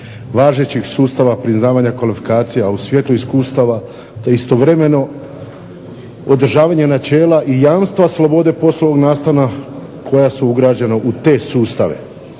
važećeg sustava priznavanja kvalifikacija u svjetlu iskustava, te istovremeno održavanje načela i jamstva slobode poslovnog nastana koja su ugrađena u te sustave.